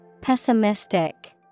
Pessimistic